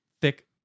thick